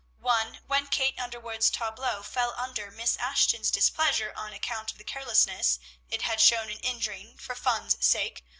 one when kate underwood's tableaux fell under miss ashton's displeasure on account of the carelessness it had shown in injuring, for fun's sake,